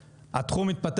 זה לא חייב להיות רק להייטק,